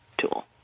tool